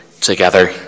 together